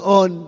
on